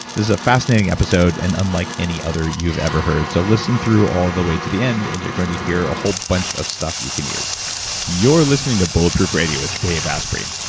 this is a fascinating episode in and unlike any other you've ever heard. so listen through all the way to the end and you're going to hear a whole bunch of stuff you can use you're listening to bulletproof radio with dave asprey.